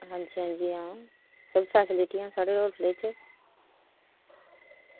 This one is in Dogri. अच्छा बड़ी फेस्लिटियां न साढ़ी होलसेल च